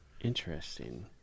interesting